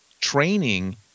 training